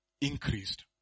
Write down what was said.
increased